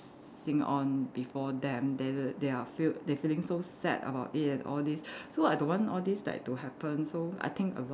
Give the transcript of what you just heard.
~sing on before them then they they are feel~ they feeling so sad about it and all these so I don't want all these like to happen so I think a lot